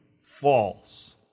false